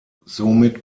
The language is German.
somit